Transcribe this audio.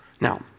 Now